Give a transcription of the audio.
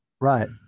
Right